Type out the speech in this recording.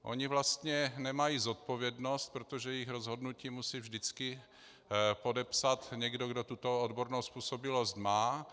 Oni vlastně nemají zodpovědnost, protože jejich rozhodnutí musí vždycky podepsat někdo, kde tuto odbornou způsobilost má.